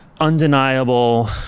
undeniable